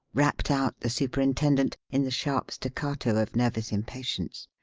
rapped out the superintendent, in the sharp staccato of nervous impatience.